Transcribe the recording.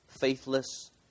faithless